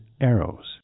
arrows